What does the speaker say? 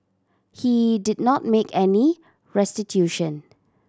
he did not make any restitution